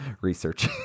research